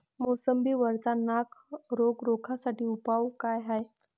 मोसंबी वरचा नाग रोग रोखा साठी उपाव का हाये?